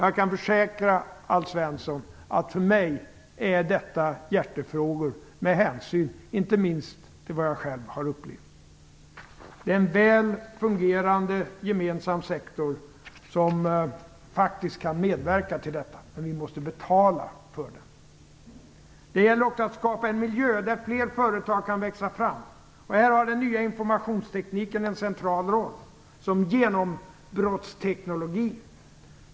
Jag kan försäkra Alf Svensson att för mig är detta hjärtefrågor med hänsyn inte minst till vad jag själv har upplevt. En väl fungerande gemensam sektor kan faktiskt medverka till detta. Vi måste dock betala för den. Det gäller också att skapa en miljö där fler företag kan växa fram. Här spelar den nya informationsteknologin en central roll som genombrottsteknologi.